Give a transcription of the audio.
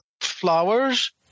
flowers